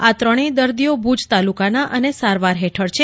આ ત્રણેય દર્દીઓ ભુજ તાલુકાના અને સારવાર હેઠળ છે